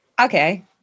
okay